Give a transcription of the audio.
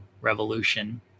revolution